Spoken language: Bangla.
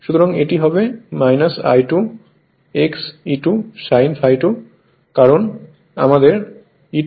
সুতরাং এটি হবে I2 X E₂ sin ∅ 2 কারণ আমাদের E₂cosδ খুঁজে বের করতে হবে